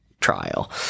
trial